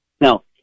Now